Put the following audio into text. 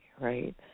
right